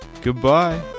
Goodbye